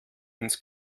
ins